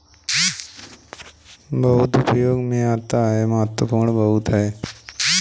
हाशिया किसान के लिए कितना महत्वपूर्ण होता है?